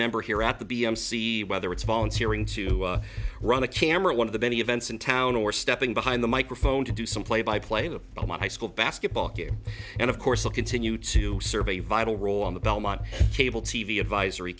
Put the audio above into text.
member here at the b m c whether it's volunteering to run a camera one of the many events in town or stepping behind the microphone to do some play by play of all my high school basketball and of course will continue to serve a vital role on the belmont cable t v advisory